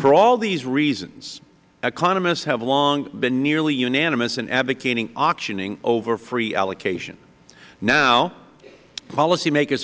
for all of these reasons economists have long been nearly unanimous in advocating auctioning over free allocation now policy makers